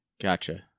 Gotcha